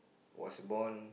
was born